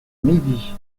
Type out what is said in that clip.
midi